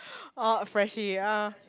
orh a freshie uh